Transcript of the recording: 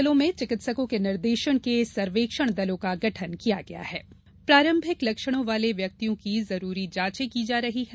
जिलों में चिकित्सकों के निर्देशन में सर्वेक्षण दलों का गठन किया गया है और प्रारंभिक लक्षणों वाले व्यक्तियों की जरूरी जाँचें की जा रही है